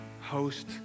host